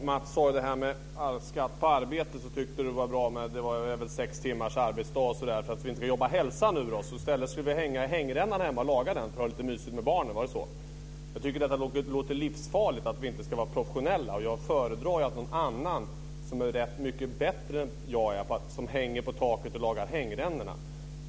Fru talman! Matz Hammarström tyckte med anledning av skatt på arbete att det var bra med sex timmars arbetsdag, så att vi inte ska jobba hälsan ur oss. I stället skulle vi hänga i hängrännorna hemma och laga dem för att ha lite mysigt med barnen. Var det så? Jag tycker att det låter livsfarligt att vi inte ska vara professionella. Jag föredrar att någon annan som är rätt mycket bättre på det än jag hänger på taket och lagar hängrännorna.